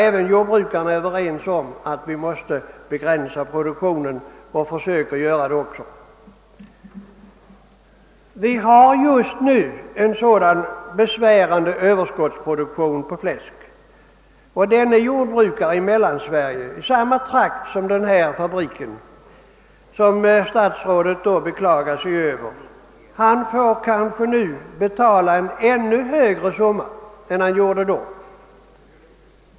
Även jordbrukarna är överens om att vi måste begränsa produktionen och försöker göra det också. Vi har just nu en så besvärande överskottsproduktion av fläsk att den nyssnämnde jordbrukaren i Mellansverige — i samma trakt som den fabrik statsrådet tidigare beklagade sig över — nu kanske får betala en ännu större summa än han gjorde då.